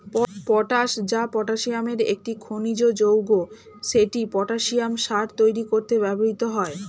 potash, যা পটাসিয়ামের একটি খনিজ যৌগ, সেটি পটাসিয়াম সার তৈরি করতে ব্যবহৃত হয়